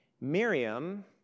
Miriam